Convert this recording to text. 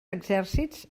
exèrcits